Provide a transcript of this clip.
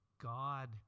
God